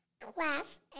class